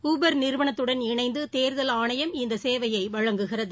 Uber நிறுவனத்துடன் இணைந்ததேர்தல் ஆணையம் இந்தசேவையைவழங்குகிறது